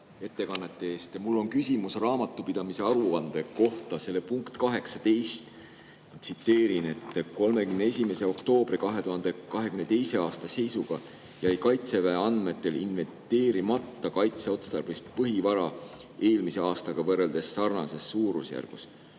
ettekande eest. Mul on küsimus raamatupidamise aruande punkti 18 kohta. Tsiteerin: "31.10.2022. aasta seisuga jäi Kaitseväe andmetel inventeerimata kaitseotstarbelist põhivara eelmise aastaga võrreldes sarnases suurusjärgus